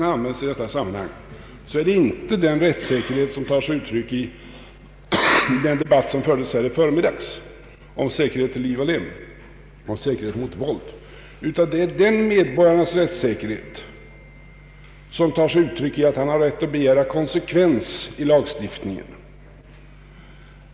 Med detta ord avses i detta sammanhang inte den rättssäkerhet som kom till uttryck i den debatt, som fördes här under förmiddagen, om säkerhet till liv och lem, säkerhet mot våld. Här gäller det den medborgarens rättssäkerhet som tar sig uttryck i att han har rätt att begära konsekvens i lagstiftningen.